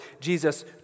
Jesus